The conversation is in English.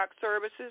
services